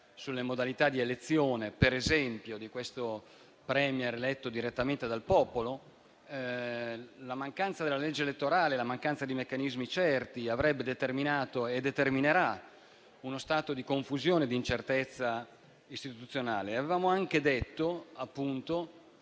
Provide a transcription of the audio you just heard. sulle modalità di elezione, per esempio, di questo *Premier*, eletto direttamente dal popolo, la mancanza della legge elettorale e la mancanza di meccanismi certi avrebbero determinato e determineranno uno stato di confusione e di incertezza istituzionale. Avevamo anche detto